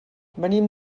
venim